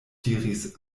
diris